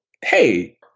hey